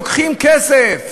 לוקחים כסף.